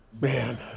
Man